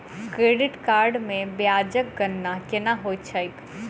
credit card मे ब्याजक गणना केना होइत छैक